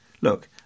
look